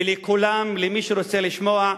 ולכולם, למי שרוצה לשמוע,